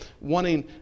wanting